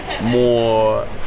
more